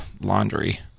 laundry